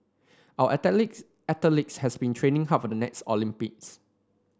our athlete athletes have been training hard for the next Olympics